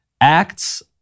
acts